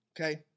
okay